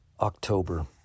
October